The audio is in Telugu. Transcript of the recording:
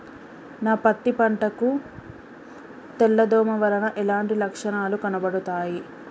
నా పత్తి పంట కు తెల్ల దోమ వలన ఎలాంటి లక్షణాలు కనబడుతాయి?